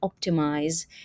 optimize